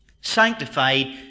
Sanctified